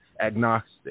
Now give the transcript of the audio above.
agnostic